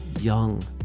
young